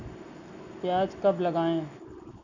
प्याज कब लगाएँ?